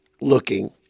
looking